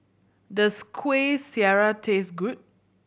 does Kueh Syara taste good